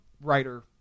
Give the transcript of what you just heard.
writer